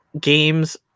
games